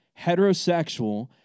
heterosexual